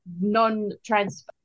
non-trans